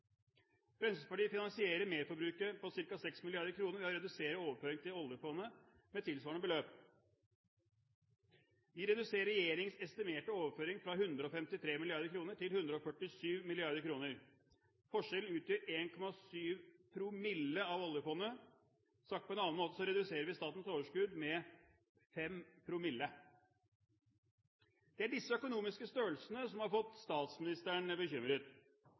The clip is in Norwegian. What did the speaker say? Fremskrittspartiet finansierer merforbruket på ca. 6 mrd. kr ved å redusere overføringene til oljefondet med tilsvarende beløp. Vi reduserer regjeringens estimerte overføring fra 153 mrd. kr til 147 mrd. kr. Forskjellen utgjør 1,7 promille av oljefondet. Sagt på en annen måte, så reduserer vi statens overskudd med 5 promille. Det er disse økonomiske størrelsene som har fått statsministeren bekymret,